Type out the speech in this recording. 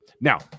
Now